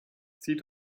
zieht